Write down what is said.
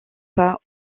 pas